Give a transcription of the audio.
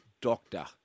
doctor